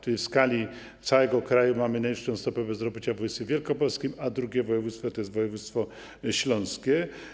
Czyli w skali całego kraju mamy najniższą stopę bezrobocia w województwie wielkopolskim, a drugie województwo to województwo śląskie.